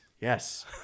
Yes